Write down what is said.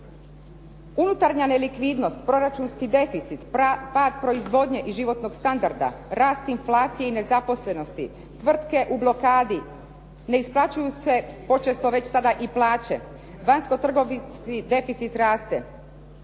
Unutarnja nelikvidnost, proračunski deficit, pad proizvodnje i životnog standarda, rad inflacije i nezaposlenosti, tvrtke u blokadi, ne isplaćuju se počesto već sada i plaće, vanjsko-trgovinski deficit raste,